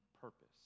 purpose